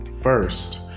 first